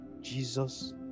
Jesus